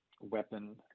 weapon